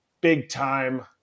big-time